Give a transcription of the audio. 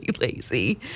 lazy